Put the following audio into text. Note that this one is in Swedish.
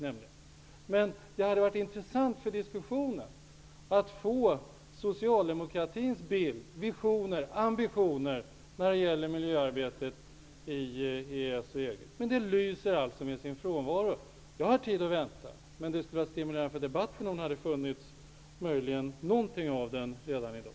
Det hade dock varit intressant för diskussionen att få socialdemokratins bild, visioner och ambitioner när det gäller miljöarbetet i EES och EG. Detta lyser med sin frånvaro. Jag har tid att vänta, men det skulle vara stimulerande för debatten om det hade funnits något av detta redan i dag.